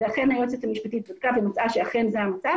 ואכן היועצת המשפטית בדקה ומצאה שאכן זה המצב